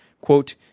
Quote